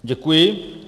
Děkuji.